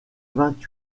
vingt